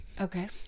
Okay